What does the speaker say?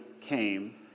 came